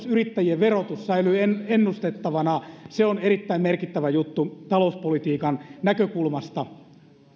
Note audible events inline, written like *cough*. *unintelligible* yrittäjien verotus säilyy ennustettavana se on erittäin merkittävä juttu talouspolitiikan näkökulmasta